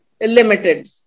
limited